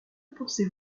pensez